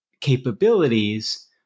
capabilities